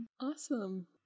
Awesome